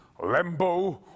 Lembo